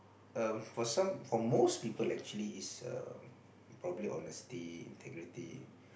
um for some for most people actually it's um probably honesty integrity